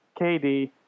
KD